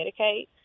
Medicaid